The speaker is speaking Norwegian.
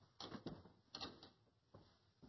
Takk